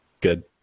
Good